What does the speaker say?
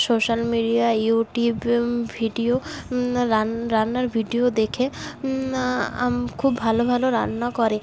social মিডিয়ায় ইউটিউবে video রান্না রান্নার ভিডিও দেখে খুব ভালো ভালো রান্না করে